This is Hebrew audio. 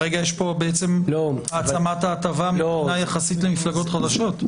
כרגע יש פה העצמת ההטבה מבחינה יחסית למפלגות חדשות.